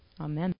Amen